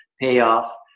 payoff